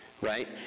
right